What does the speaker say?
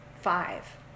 five